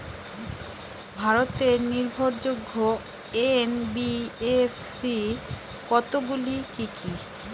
ভারতের নির্ভরযোগ্য এন.বি.এফ.সি কতগুলি কি কি?